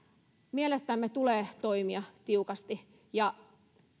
mielestämme tulee toimia tiukasti ja